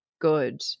good